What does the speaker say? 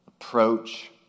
approach